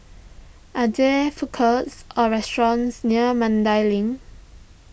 are there food courts or restaurants near Mandai Link